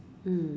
mm